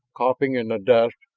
coughing in the dust,